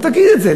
תגיד את זה,